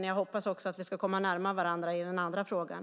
Jag hoppas att vi ska komma närmare varandra också i den andra frågan.